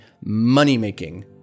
money-making